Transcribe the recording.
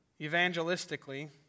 evangelistically